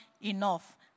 enough